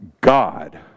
God